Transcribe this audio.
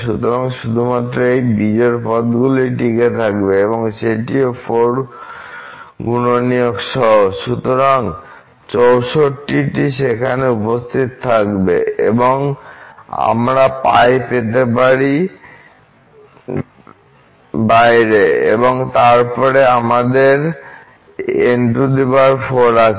সুতরাং শুধুমাত্র এই বিজোড় পদগুলিই টিকে থাকবে এবং সেটিও 4 গুণনীয়ক সহ সুতরাং 64টি সেখানে উপস্থিত হবে আমরাπপেতে পারি4 বাইরে এবং তারপরে আমাদের n4 আছে